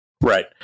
right